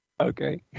Okay